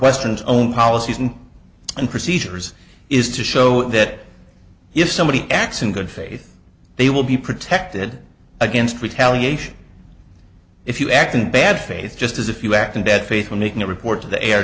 western zone policies and procedures is to show that if somebody acts in good faith they will be protected against retaliation if you act in bad faith just as if you act in dead faith when making a report to the air